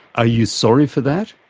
ah you sorry for that?